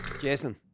Jason